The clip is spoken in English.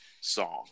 song